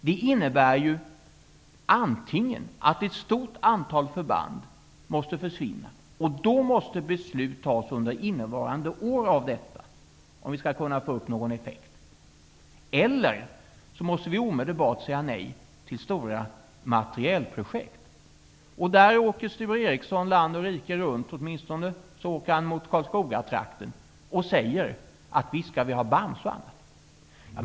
Det innebär antingen att ett stort antal förband måste försvinna -- beslut måste fattas under innevarande år om det skall bli någon effekt -- eller att vi omedelbart måste säga nej till stora materielprojekt. Sture Ericson åker land och rike runt -- han åker åtminstone till Karlskogatrakten -- och säger att visst skall vi ha BAMSE och annat.